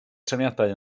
trefniadau